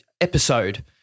episode